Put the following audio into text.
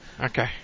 okay